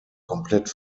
komplett